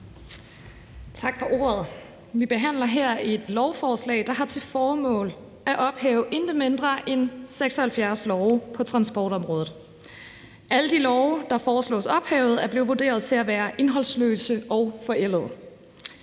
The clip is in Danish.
Tak for ordet. Vi behandler her et lovforslag, der har til formål at ophæve intet mindre end 76 love på transportområdet. Alle de love, der foreslås ophævet, er blevet vurderet til at være indholdsløse og forældede.